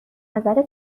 نظر